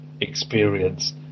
experience